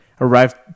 arrived